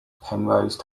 penrose